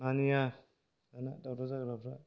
मानिया दाना दावराव जाग्राफ्रा